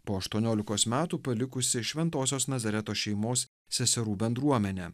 po aštuoniolikos metų palikusi šventosios nazareto šeimos seserų bendruomenę